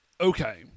Okay